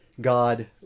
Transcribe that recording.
God